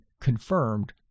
confirmed